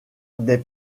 des